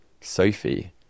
Sophie